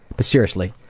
but seriously,